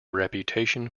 reputation